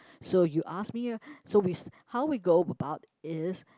so you ask me so we how we go about is